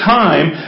time